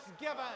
given